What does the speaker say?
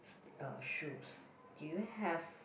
shoes do you have